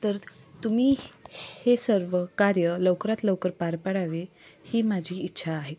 तर तुम्ही ह् हे सर्व कार्य लवकरात लवकर पार पाडावे ही माझी इच्छा आहे